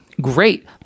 Great